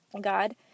God